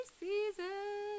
season